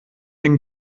den